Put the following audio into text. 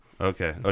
Okay